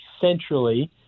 centrally